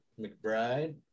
McBride